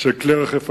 צעד שיסכן חיי אדם.